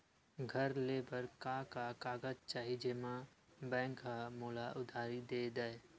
घर ले बर का का कागज चाही जेम मा बैंक हा मोला उधारी दे दय?